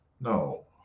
no